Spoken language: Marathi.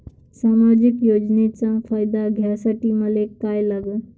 सामाजिक योजनेचा फायदा घ्यासाठी मले काय लागन?